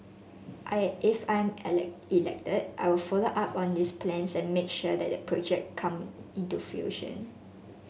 I if I'm elected I will follow up on these plans and make sure that the project come into fruition